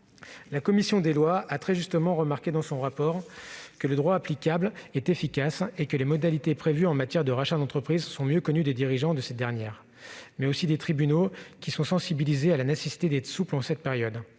La commission des lois a très justement remarqué dans son rapport que le droit applicable est efficace et que les modalités prévues en matière de rachats d'entreprises sont mieux connues des dirigeants, mais aussi des tribunaux, sensibilisés à la nécessité d'être souples en cette période.